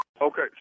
Okay